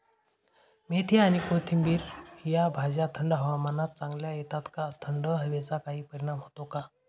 मेथी आणि कोथिंबिर या भाज्या थंड हवामानात चांगल्या येतात का? थंड हवेचा काही परिणाम होतो का?